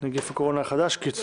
(הוראת שעה - נגיף הקורונה החדש - תיקון)